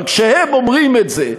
אבל כשהם אומרים את זה,